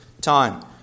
time